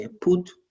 put